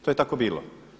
To je tako bilo.